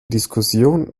diskussionen